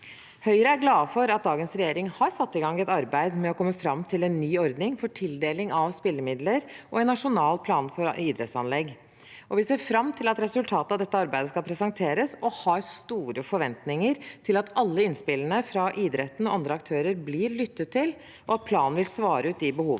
Høyre er glade for at dagens regjering har satt i gang et arbeid med å komme fram til en ny ordning for tildeling av spillemidler og en nasjonal plan for idrettsanlegg. Vi ser fram til at resultatet av dette arbeidet skal presenteres, og har store forventninger til at alle innspillene fra idretten og andre aktører blir lyttet til, og at planen vil svare ut de behovene